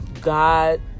God